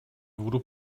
voodoo